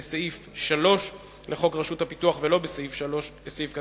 בסעיף 3 לחוק רשות הפיתוח ולא בסעיף 3(10),